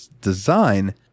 design